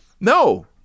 No